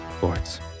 boards